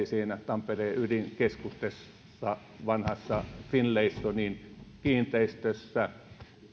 siinä tampereen ydinkeskustassa vanhassa finlaysonin kiinteistössä